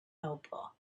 helper